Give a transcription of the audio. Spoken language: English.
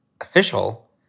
Official